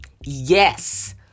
Yes